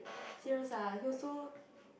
serious ah he also